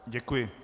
Děkuji.